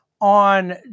on